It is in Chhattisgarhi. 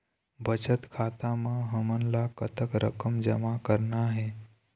बचत खाता म हमन ला कतक रकम जमा करना हे?